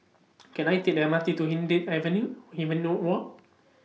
Can I Take The M R T to Hindhede Avenue Hui Me know Walk